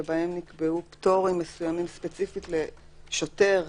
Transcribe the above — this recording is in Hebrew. שבהם נקבעו פטורים מסוימים ספציפית לשוטר,